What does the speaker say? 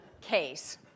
case